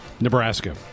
Nebraska